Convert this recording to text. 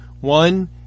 One